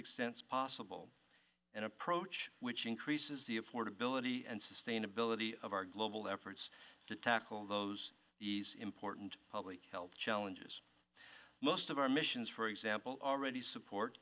extent possible and approach which increases the affordability and sustainability of our global efforts to tackle those important public health challenges most of our missions for example already support